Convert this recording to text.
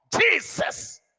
Jesus